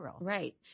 Right